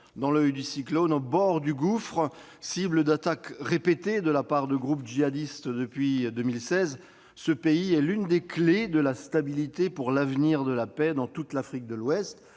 dans l'oeil du cyclone, tragiquement au bord du gouffre. Cible d'attaques répétées de la part de groupes djihadistes depuis 2016, ce pays est l'une des clés de la stabilité pour l'avenir de la paix dans toute l'Afrique de l'Ouest.